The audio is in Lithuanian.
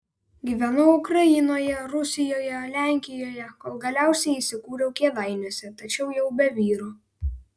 gyvenau ukrainoje rusijoje lenkijoje kol galiausiai įsikūriau kėdainiuose tačiau jau be vyro